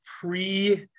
pre-